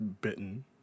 bitten